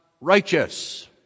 righteous